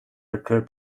occur